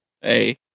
Hey